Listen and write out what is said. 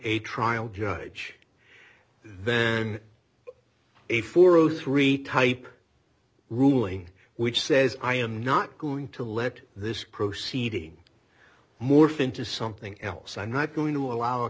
a trial judge then a four zero three type ruling which says i am not going to let this proceeding morph into something else i'm not going to allow a